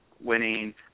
winning